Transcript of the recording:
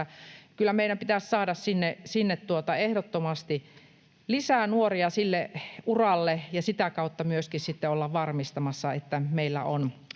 Kyllä meidän pitää saada ehdottomasti lisää nuoria sille uralle ja sitä kautta myöskin sitten olla varmistamassa, että meillä on